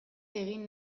egin